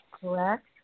correct